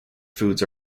foods